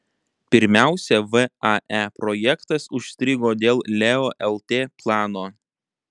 pirmiausia vae projektas užstrigo dėl leo lt plano